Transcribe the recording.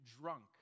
drunk